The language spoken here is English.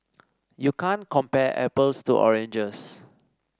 you can't compare apples to oranges